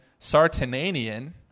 Sartananian